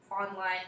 online